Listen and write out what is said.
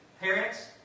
Parents